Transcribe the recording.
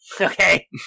okay